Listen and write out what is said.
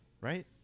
Right